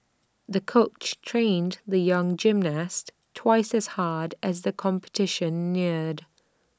the coach trained the young gymnast twice as hard as the competition neared